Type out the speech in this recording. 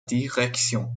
direction